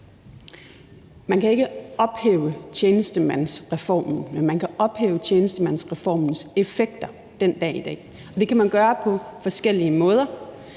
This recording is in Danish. Man kan ikke ophæve tjenestemandsreformen, men man kan ophæve tjenestemandsreformens effekter den dag i dag. Det kan man gøre på forskellige måder.